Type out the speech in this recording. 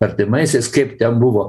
artimaisiais kaip ten buvo